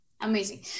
Amazing